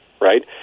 right